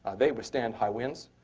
they withstand high winds.